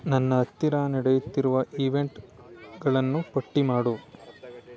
ನನ್ನ ಹತ್ತಿರ ನಡೆಯುತ್ತಿರುವ ಈವೆಂಟ್ಗಳನ್ನು ಪಟ್ಟಿ ಮಾಡು